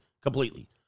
completely